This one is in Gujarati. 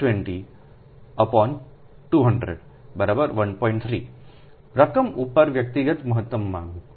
3 રકમઉપરવ્યક્તિગતમહત્તમમાંગ